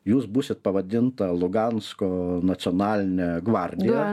jūs būsit pavadinta lugansko nacionaline gvardija